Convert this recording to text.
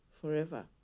Forever